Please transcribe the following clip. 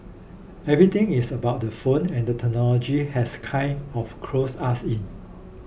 everything is about the phone and the technology has kind of closed us in